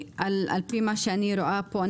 על-פי מה שאני רואה פה,